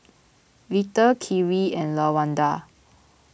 Little Kyrie and Lawanda